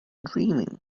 dreaming